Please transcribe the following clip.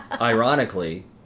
ironically